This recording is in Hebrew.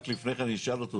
רק לפני כן אני אשאל אותו.